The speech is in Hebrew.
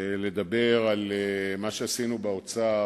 לדבר על מה שעשינו באוצר,